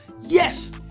Yes